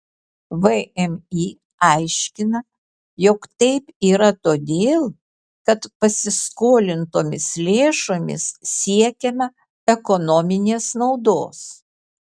vmi aiškina jog taip yra todėl kad pasiskolintomis lėšomis siekiama ekonominės naudos